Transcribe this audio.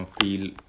feel